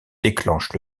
déclenche